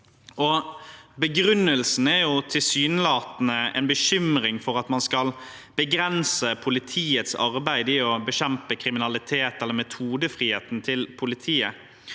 Begrunnelsen er tilsynelatende en bekymring for at man skal begrense politiets arbeid i å bekjempe kriminalitet, eller metodefriheten til politiet.